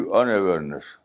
unawareness